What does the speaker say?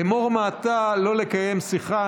אמור מעתה, לא לקיים שיחה.